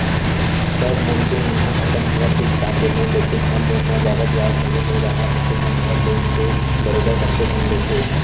सब मनखे मन ह अपन आवक के हिसाब ले लोन लेथे, घर लोन म जादा बियाज घलो नइ राहय अइसन म घर लोन तो बरोबर कतको झन लेथे